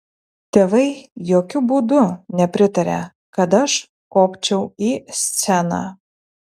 tėvai jokiu būdu nepritarė kad aš kopčiau į sceną